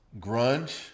grunge